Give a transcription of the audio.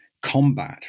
combat